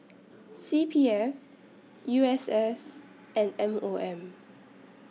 C P F U S S and M O M